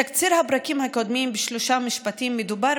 תקציר הפרקים הקודמים בשלושה משפטים: מדובר